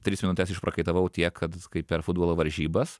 tris minutes išprakaitavau tiek kad kai per futbolo varžybas